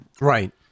Right